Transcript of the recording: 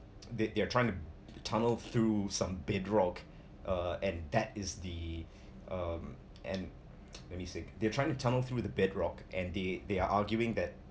they’re they are trying to tunnel through some bedrock uh and that is the uh and let me think they are trying tunnel through the bedrock and they they are arguing that